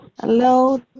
Hello